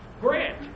grant